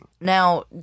Now